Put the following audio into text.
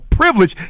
privilege